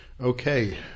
Okay